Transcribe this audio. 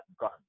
gun